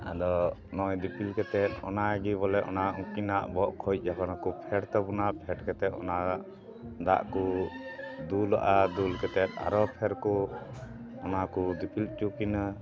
ᱟᱫᱚ ᱱᱚᱜᱼᱚᱭ ᱫᱤᱯᱤᱞ ᱠᱟᱛᱮ ᱚᱱᱟᱜᱮ ᱵᱚᱞᱮ ᱚᱱᱟ ᱩᱠᱤᱱᱟᱜ ᱵᱚᱦᱚᱜ ᱠᱷᱚᱱ ᱡᱚᱠᱷᱚᱱ ᱠᱚ ᱯᱷᱮᱸᱰ ᱛᱟᱵᱚᱱᱟ ᱯᱷᱮᱸᱰ ᱠᱟᱛᱮᱫ ᱚᱱᱟ ᱫᱟᱜ ᱠᱚ ᱫᱩᱞᱟᱜᱼᱟ ᱫᱩᱞ ᱠᱟᱛᱮ ᱟᱨᱚ ᱯᱷᱮᱨ ᱠᱚ ᱚᱱᱟ ᱠᱚ ᱫᱤᱯᱤᱞ ᱦᱚᱪᱚ ᱠᱤᱱᱟᱹ